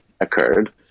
occurred